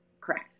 Correct